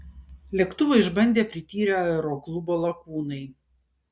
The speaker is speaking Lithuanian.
lėktuvą išbandė prityrę aeroklubo lakūnai